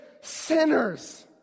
Sinners